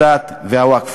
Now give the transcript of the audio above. הדת והווקף.